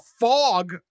fog